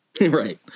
Right